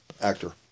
Actor